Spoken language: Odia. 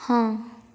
ହଁ